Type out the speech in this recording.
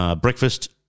breakfast